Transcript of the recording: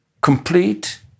Complete